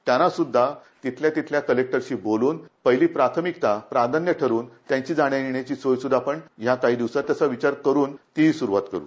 त्यांना सुध्दा तिथल्या तिथल्या कलेक्टरशी बोलून पहिली प्राथमिकता प्राधान्य ठरवून त्यांची जाण्या येण्याची सोय आपण या काही दिवसांत तसा विचार करून ती सुरुवात करु